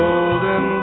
Golden